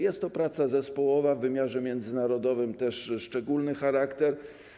Jest to praca zespołowa, co w wymiarze międzynarodowym ma też szczególny charakter.